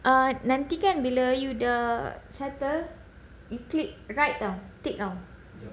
ah nanti kan bila you dah settle you click right ah tick ah